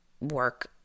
work